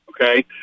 Okay